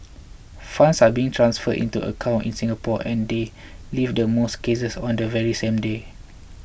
funds are being transferred into accounts in Singapore and they leave the most cases on the very same day